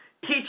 teach